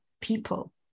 people